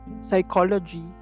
psychology